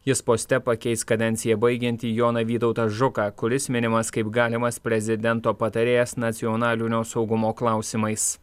jis poste pakeis kadenciją baigiantį joną vytautą žuką kuris minimas kaip galimas prezidento patarėjas nacionalinio saugumo klausimais